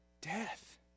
Death